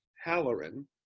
Halloran